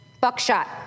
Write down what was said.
buckshot